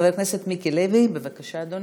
חבר הכנסת מיקי לוי, בבקשה, אדוני.